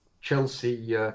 Chelsea